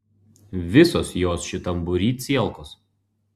visos jos šitam būry cielkos